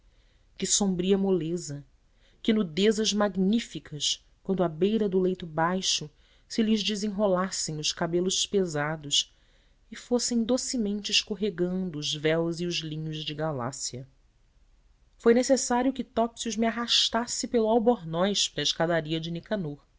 que sombria moleza que nudezes magníficas quando à beira do leito baixo se lhes desenrolassem os cabelos pesados e fossem docemente escorregando os véus e os linhos de galácia foi necessário que topsius me arrastasse pelo albornoz para a escadaria de nicanor